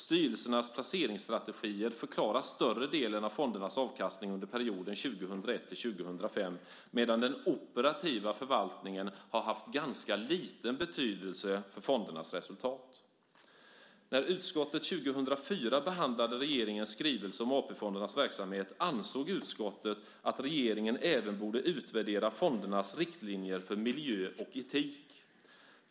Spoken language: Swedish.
Styrelsernas placeringsstrategier förklarar större delen av fondernas avkastning under perioden 2001-2005, medan den operativa förvaltningen har haft ganska liten betydelse för fondernas resultat. När utskottet år 2004 behandlade regeringens skrivelse om AP-fondernas verksamhet ansåg utskottet att regeringen även borde utvärdera fondernas riktlinjer för miljö och etik.